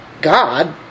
God